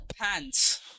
pants